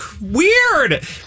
weird